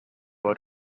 what